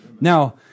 Now